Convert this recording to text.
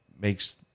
makes